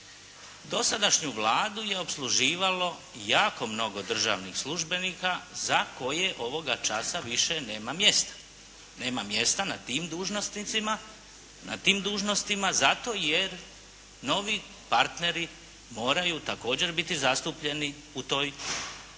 Dosadašnju Vladu je opsluživalo jako mnogo državnih službenika za koje ovoga časa više nema mjesta. Nema mjesta na tim dužnostima zato jer novi partneri moraju također biti zastupljeni u toj brojci.